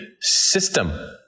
system